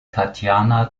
tatjana